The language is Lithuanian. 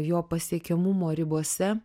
jo pasiekiamumo ribose